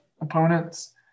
opponents